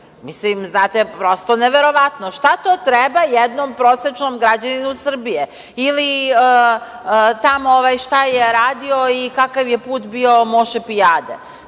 stranke. Znate, prosto neverovatno. Šta to treba jednom prosečnom građaninu Srbije, ili šta je tamo radio i kakav je put bio Moše Pijade? Nije